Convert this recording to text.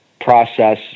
process